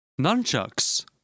Nunchucks